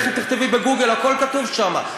לכי תכתבי בגוגל, הכול כתוב שם.